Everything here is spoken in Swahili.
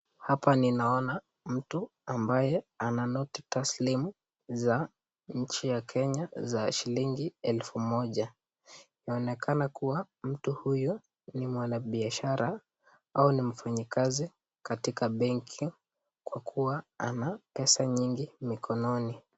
Hapa ninaona mtu ambaye ana noti taslimu za nchi ya Kenya za shilingi elfu moja. Inaonekana kuwa mtu huyu ni mwanabiashara au ni mfanyikazi katika benki kwa kuwa ana pesa nyingi mikononi.